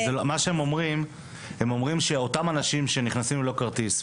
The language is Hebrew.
הם אומרים שאותם אנשים שנכנסים ללא כרטיס,